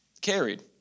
carried